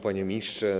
Panie Ministrze!